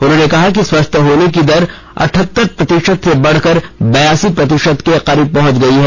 उन्होंने कहा कि स्वस्थ होने की दर अटठहतर प्रतिशत से बढ़कर बिरासी प्रतिशत के करीब पहुंच गई है